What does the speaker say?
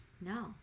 no